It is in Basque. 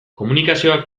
komunikazioak